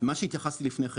מה שהתייחסתי לפני כן,